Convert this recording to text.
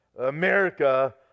America